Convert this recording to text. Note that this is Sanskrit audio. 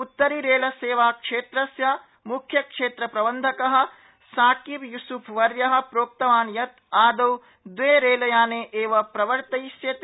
उत्तरी रेलसेवा क्षेत्रस्य मुख्य क्षेत्र प्रबन्धक साकिब यूस्फवर्य प्रोक्तवान् यत् आदौ द्वे रेलयाने कि प्रवर्तिष्येते